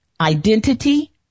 identity